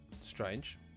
Strange